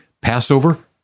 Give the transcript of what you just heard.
Passover